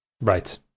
Right